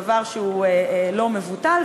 דבר שהוא לא מבוטל,